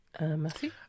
Matthew